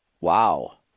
Wow